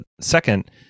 second